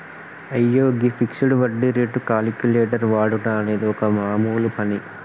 అయ్యో గీ ఫిక్సడ్ వడ్డీ రేటు క్యాలిక్యులేటర్ వాడుట అనేది ఒక మామూలు పని